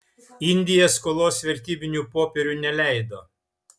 indija skolos vertybinių popierių neleido